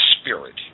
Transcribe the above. spirit